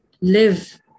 live